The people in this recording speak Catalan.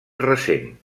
recent